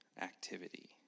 activity